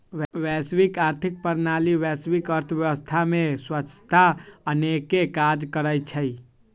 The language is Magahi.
वैश्विक आर्थिक प्रणाली वैश्विक अर्थव्यवस्था में स्वछता आनेके काज करइ छइ